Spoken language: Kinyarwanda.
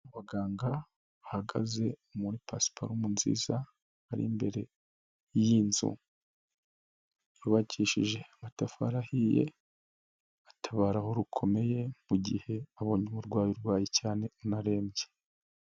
Abaganga bahagaze muri pasiparomu nziza, bari imbere y'inzu, yubakishije amatafari ahiye, atabara aho rukomeye mu gihe abona umurwayi urwaye cyane anarembye.